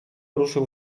ruszył